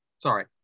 Sorry